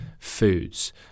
foods